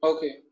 Okay